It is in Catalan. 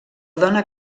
dona